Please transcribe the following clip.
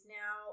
now